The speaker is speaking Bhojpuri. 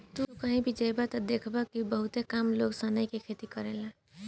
तू कही भी जइब त देखब कि बहुते कम लोग सनई के खेती करेले